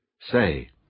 Say